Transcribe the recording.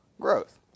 Growth